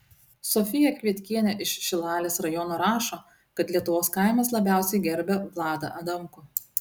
sofija kvietkienė iš šilalės rajono rašo kad lietuvos kaimas labiausiai gerbia vladą adamkų